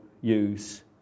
use